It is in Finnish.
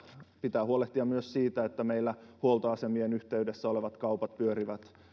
pitää huolehtia myös siitä että meillä huoltoasemien yhteydessä olevat kaupat pyörivät